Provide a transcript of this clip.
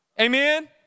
Amen